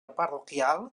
parroquial